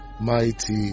mighty